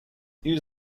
use